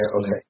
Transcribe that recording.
okay